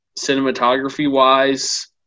cinematography-wise